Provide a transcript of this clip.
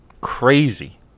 crazy